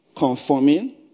conforming